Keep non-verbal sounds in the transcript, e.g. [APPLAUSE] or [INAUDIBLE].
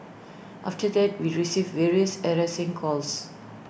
[NOISE] after that we received various harassing calls